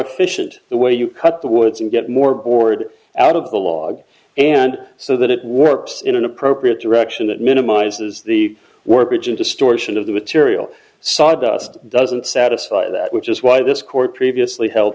efficient the way you cut the woods and get more board out of the log and so that it works in an appropriate direction that minimizes the warpage and distortion of the material sawdust doesn't satisfy that which is why this court previously held